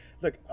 Look